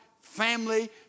family